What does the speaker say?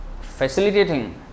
facilitating